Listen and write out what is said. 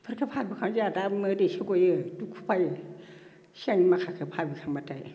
इफोरखो भाबिखांब्ला जोंहा मोदैसो गयो दुखु फायो सिगांनि माखाखो भाबिखांब्लाथाय